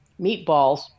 meatballs